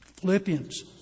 Philippians